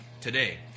today